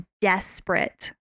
desperate